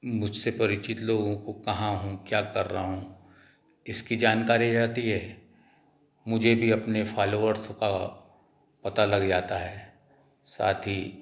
मुझसे परिचित लोगों को कहा हूँ क्या कर रहा हूँ इसकी जानकारी रहती है मुझे भी अपने फॉलोवर्स का पता लग जाता है साथ ही